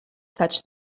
such